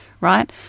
right